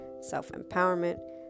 self-empowerment